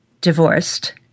divorced